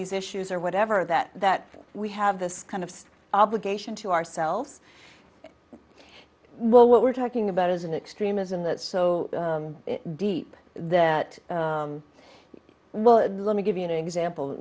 these issues or whatever that that we have this kind of obligation to ourselves well what we're talking about is an extremism that's so deep that well let me give you an example